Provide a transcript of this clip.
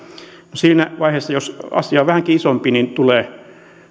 siinä vaiheessa jos asia on vähänkin isompi tulee